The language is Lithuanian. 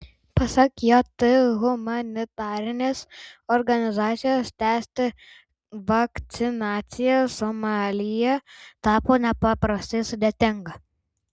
pasak jt humanitarinės organizacijos tęsti vakcinaciją somalyje tapo nepaprastai sudėtinga